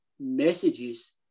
messages